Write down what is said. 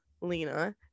Lena